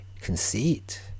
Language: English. conceit